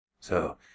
So